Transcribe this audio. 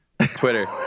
Twitter